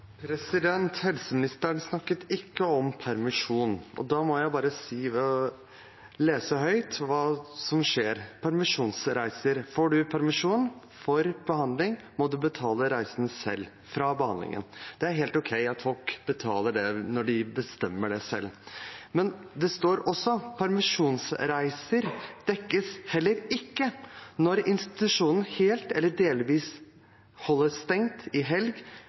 Helseministeren snakket ikke om permisjon, og da må jeg lese høyt hva som gjelder permisjonsreiser. Får man permisjon fra behandling, må man betale reisen selv. Det er helt ok at folk betaler dette når de bestemmer det selv, men det står også at permisjonsreiser heller ikke dekkes «når institusjonen helt eller delvis holder stengt i helg,